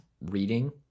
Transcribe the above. reading